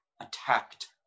attacked